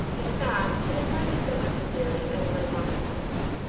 in fact, it's hardly so much a theory as an hypothesis.